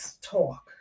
talk